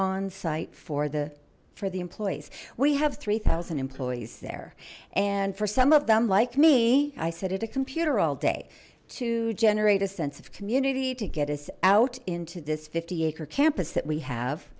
on site for the for the employees we have three thousand employees there and for some of them like me i said at a computer all day to generate a sense of community to get us out into this fifty acre campus that we have